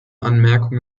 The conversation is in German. anmerkung